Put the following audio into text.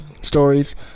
stories